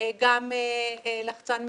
גם לחצן מצוקה,